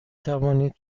توانید